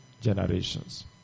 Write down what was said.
generations